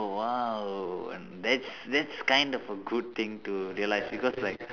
oh !wow! and that's that's kind of a good thing to realise because like